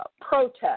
protest